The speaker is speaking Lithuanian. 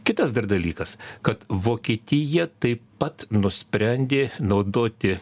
kitas dar dalykas kad vokietija taip pat nusprendė naudoti